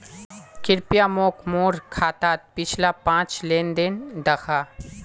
कृप्या मोक मोर खातात पिछला पाँच लेन देन दखा